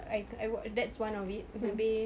I I one that's of it maybe